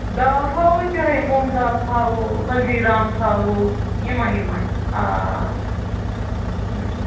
دال تھاوو أسۍ یَہوٚے مۄنٛگ دال تھاوو ۂلدی رام تھاوو یِمَے یِمَے آ